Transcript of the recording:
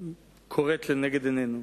קורית לנגד עינינו.